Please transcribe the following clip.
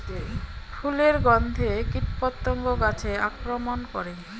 ফুলের গণ্ধে কীটপতঙ্গ গাছে আক্রমণ করে?